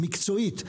מקצועית.